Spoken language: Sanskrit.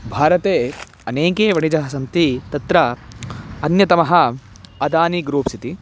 भारते अनेके वणिजः सन्ति तत्र अन्यतमः अदानी ग्रूप्स् इति